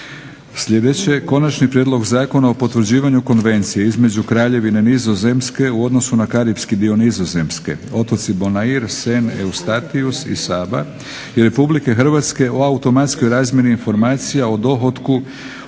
643; - Konačni prijedlog Zakona o potvrđivanju Konvencije između Kraljevine Nizozemske, u odnosu na Karipski dio Nizozemske (Otoci Bonaire, Sint Eustatius i Saba) i Republike Hrvatske o automatskoj razmjeni informacija o dohotku